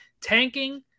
tanking